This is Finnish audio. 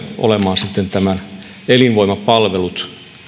olemaan sitten nämä elinvoimapalvelut